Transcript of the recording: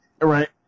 Right